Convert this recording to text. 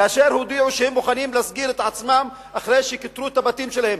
כאשר הודיעו שהם מוכנים להסגיר את עצמם אחרי שכיתרו את הבתים שלהם,